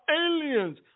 aliens